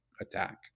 attack